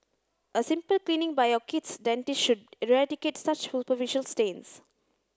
a simple cleaning by your kid's dentist should eradicate such superficial stains